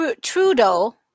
Trudeau